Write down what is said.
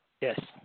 Yes